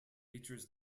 features